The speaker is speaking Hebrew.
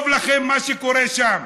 טוב לכם מה שקורה שם.